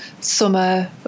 summer